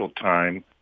time